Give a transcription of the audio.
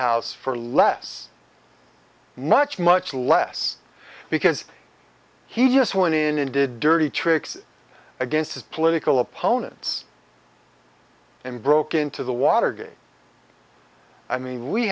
house for less much much less because he just went in and did dirty tricks against his political opponents and broke into the watergate i mean we